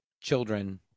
children